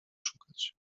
szukać